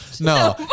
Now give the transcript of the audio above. No